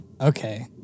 okay